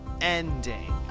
ending